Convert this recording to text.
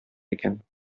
икән